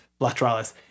lateralis